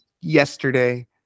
yesterday